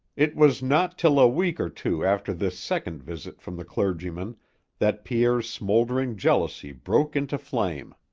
it was not till a week or two after this second visit from the clergyman that pierre's smouldering jealousy broke into flame.